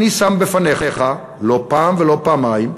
אני שם בפניך, לא פעם ולא פעמיים,